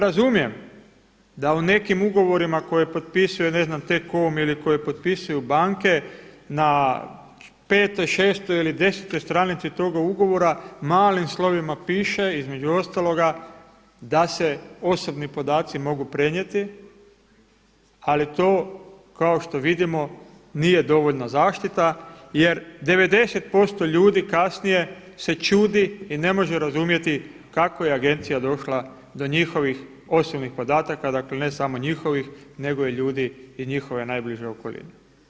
Ja razumijem da u nekim ugovorima koje potpisuje ne znam T-com ili koje potpisuju banke na 5., 6. ili 10. stranici toga ugovora malim slovima piše između ostaloga da se osobni podaci mogu prenijeti ali to kao što vidimo nije dovoljna zaštita jer 90% ljudi kasnije se čudi i ne može razumjeti kako je Agencija došla do njihovih osobnih podataka, dakle, ne samo njihovih nego i ljudi iz njihove najbliže okoline.